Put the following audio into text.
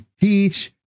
teach